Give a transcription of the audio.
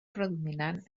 predominant